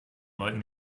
leuten